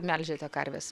melžiate karves